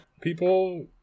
people